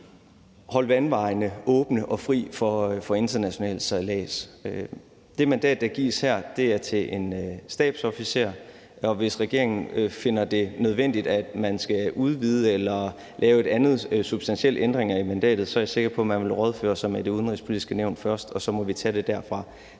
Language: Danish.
holde vandvejene fri og åbne for international sejlads. Det mandat, der gives her, er til en stabsofficer, og hvis regeringen finder det nødvendigt, at man skal udvide eller lave en anden substantiel ændring af mandatet, er jeg sikker på, at man vil rådføre sig med Det Udenrigspolitiske Nævn først, og så må vi tage det derfra.